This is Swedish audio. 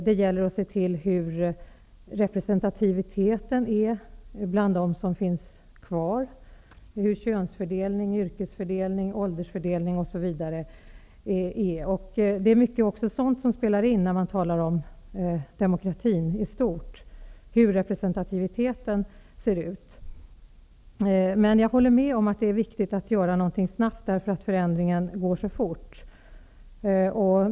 Det gäller att se efter hur representativiteten -- könsfördelning, åldersfördelning osv. -- ser ut bland dem som finns kvar. Det är sådant som också spelar in när man talar om demokratin i stort. Jag håller med om att det är viktigt att snabbt göra någonting, eftersom förändringen går så fort.